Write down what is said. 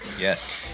Yes